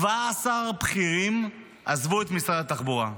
17 בכירים עזבו את משרד התחבורה.